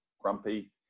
grumpy